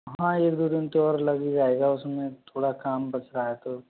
हाँ एक दो दिन तो और लग ही जाएगा उसमें थोड़ा काम बचा है तो